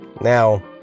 Now